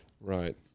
Right